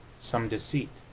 some deceit,